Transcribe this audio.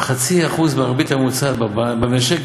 ב-0.5% מהריבית הממוצעת במשק,